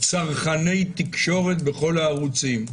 צרכני תקשורת בכל הערוצים.